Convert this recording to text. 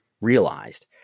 realized